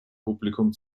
publikum